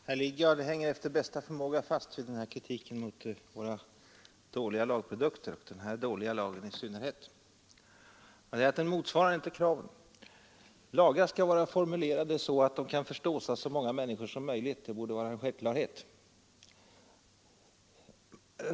Herr talman! Herr Lidgard hänger efter bästa förmåga fast vid kritiken mot våra dåliga lagprodukter. Han säger att den här lagen som vi nu diskuterar inte motsvarar kraven. Lagar skall vara formulerade så att de kan förstås av så många människor som möjligt — säger herr Lidgard.